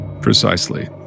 Precisely